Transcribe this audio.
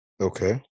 Okay